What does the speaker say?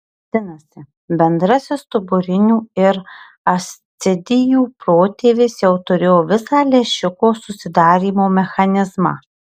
vadinasi bendrasis stuburinių ir ascidijų protėvis jau turėjo visą lęšiuko susidarymo mechanizmą